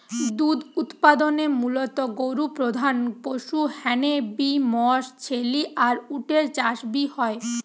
দুধ উতপাদনে মুলত গরু প্রধান পশু হ্যানে বি মশ, ছেলি আর উট এর চাষ বি হয়